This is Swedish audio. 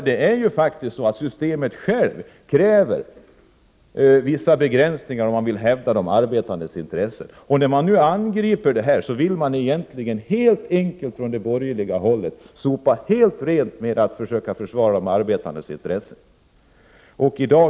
Det är faktiskt så att systemet självt kräver vissa begränsningar, om man vill hävda de arbetandes intresse. Från borgerligt håll vill man helt enkelt sopa rent från försök att försvara de arbetandes intresse.